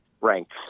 ranks